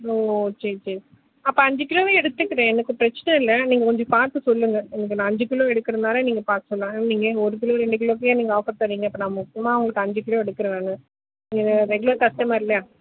ஓ சரி சரி அப்போ அஞ்சு கிலோவே எடுத்துக்கிறேன் எனக்கு பிரச்சனை இல்லை நீங்கள் கொஞ்சம் பார்த்து சொல்லுங்கள் உங்கள்ட்ட நான் அஞ்சு கிலோ எடுக்குறதுனால நீங்கள் பார்த்து சொன்னால் நீங்கள் ஒரு கிலோ ரெண்டு கிலோக்கே நீங்கள் ஆஃபர் தரீங்க அப்போ நான் மொத்தமாக உங்கள்ட்ட அஞ்சு கிலோ எடுக்கிறேன் நான் நீங்கள் ரெகுலர் கஸ்டமர் இல்லையா